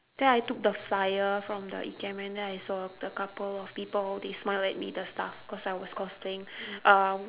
then I took the flyer from the ikemen then I saw the couple of people they smiled at me the staff cause I was cosplaying um